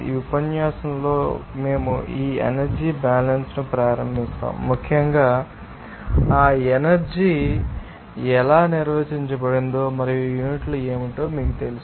ఈ ఉపన్యాసంలో మేము ఈ ఎనర్జీ బ్యాలన్స్ ను ప్రారంభిస్తాము ముఖ్యంగా ఆ ఎనర్జీ ఎలా నిర్వచించబడిందో మరియు యూనిట్లు ఏమిటో మీకు తెలుసు